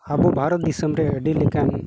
ᱟᱵᱚ ᱵᱷᱟᱨᱚᱛ ᱫᱤᱥᱚᱢ ᱨᱮ ᱟᱹᱰᱤ ᱞᱮᱠᱟᱱ